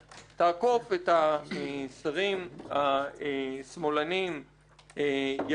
תעקוף את השרים השמאלנים יריב ושקד,